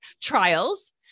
trials